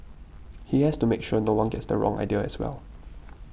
he has to make sure no one gets the wrong idea as well